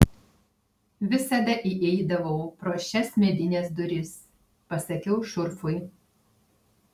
visada įeidavau pro šias medines duris pasakiau šurfui